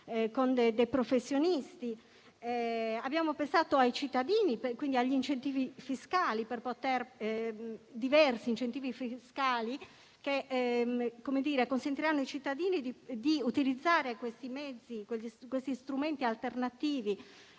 con dei professionisti. Abbiamo pensato ai cittadini, quindi a diversi incentivi fiscali che consentiranno ai cittadini di utilizzare questi strumenti alternativi